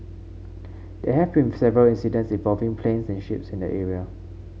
there have been several incidents involving planes and ships in area